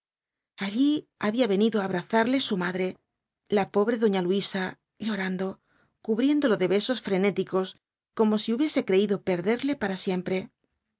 allí había venido á abrazarle su madre la pobre doña luisa llorando cubriéndolo de besos frenéticos como si hutbiese creído perderle para siempre